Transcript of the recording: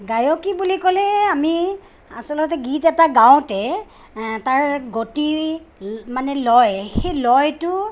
গায়কী বুলি ক'লে আমি আচলতে গীত এটা গাওঁতে তাৰ গতি মানে লয় সেই লয়টো